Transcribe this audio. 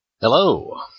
Hello